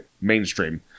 mainstream